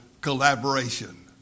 collaboration